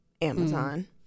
Amazon